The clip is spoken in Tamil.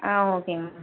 ஆ ஓகேங்க மேம்